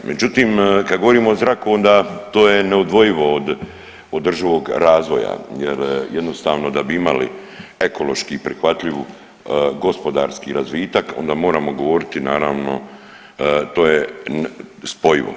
Međutim, kad govorimo o zraku onda to je neodvojivo od održivog razvoja, jer jednostavno da bi imali ekološki prihvatljivu gospodarski razvitak onda moramo govoriti naravno to je spojivo.